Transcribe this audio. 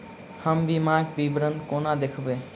हम बीमाक विवरण कोना देखबै?